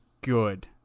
good